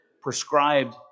prescribed